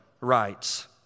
writes